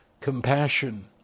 compassion